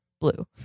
blue